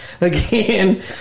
again